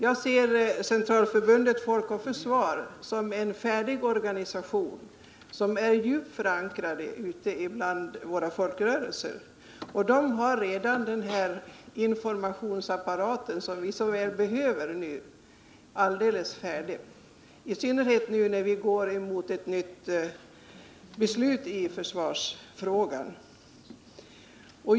Jag ser Centralförbundet Folk och försvar som en färdig organisation som är djupt förankrad ute bland våra folkrörelser. Folk och försvar har redan den informationsapparat alldeles färdig som vi så väl behöver, i synnerhet nu när vi går emot ett nytt beslut i försvarsfrågan.